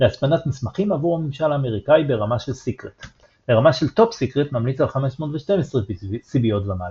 להצפנת מסמכים עבור הממשל האמריקאי ברמה של SECRET. לרמה של TOP SECRET ממליץ על 512 סיביות ומעלה.